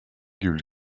gul